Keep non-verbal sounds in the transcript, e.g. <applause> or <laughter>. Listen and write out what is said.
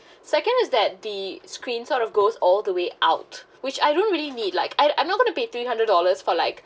<breath> second is that the screen sort of goes all the way out which I don't really need like I I'm not going to pay three hundred dollars for like